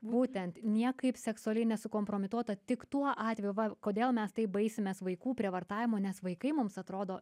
būtent niekaip seksualiai nesukompromituota tik tuo atveju va kodėl mes taip baisimės vaikų prievartavimu nes vaikai mums atrodo